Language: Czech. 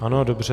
Ano, dobře.